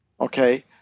Okay